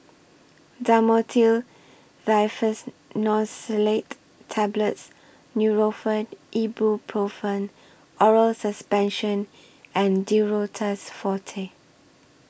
Dhamotil Diphenoxylate Tablets Nurofen Ibuprofen Oral Suspension and Duro Tuss Forte